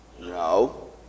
No